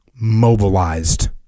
mobilized